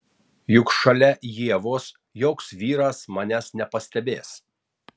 juk šalia ievos joks vyras manęs nepastebės